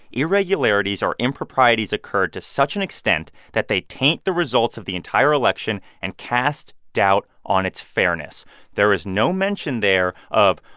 irregularities or improprieties occurred to such an extent that they taint the results of the entire election and cast doubt on its fairness there is no mention there of,